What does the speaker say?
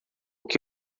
que